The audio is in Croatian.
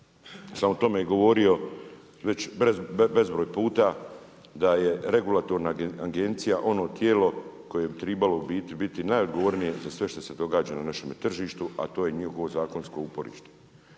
sam o tome govorio već bezbroj puta, da je regulatorna agencija ono tijelo koje bi trebalo najodgovornije za sve što se događa na našem tržištu, s to je njihovo zakonsko uporište.